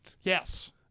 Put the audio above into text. Yes